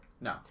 No